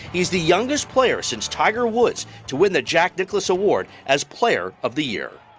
he's the youngest player since tiger woods to win the jack nicklaus award as player of the year.